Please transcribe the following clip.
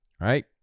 Right